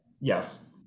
Yes